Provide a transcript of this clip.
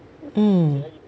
mm